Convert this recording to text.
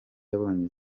yabonye